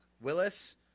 Willis